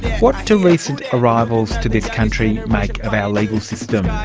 what do recent arrivals to this country make of our legal system?